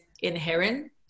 inherent